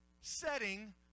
Setting